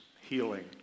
healing